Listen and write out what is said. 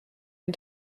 den